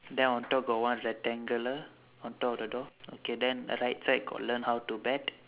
then on top got one rectangular on top of the door okay then right side got learn how to bet